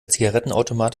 zigarettenautomat